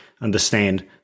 understand